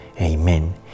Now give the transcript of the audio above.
Amen